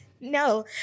No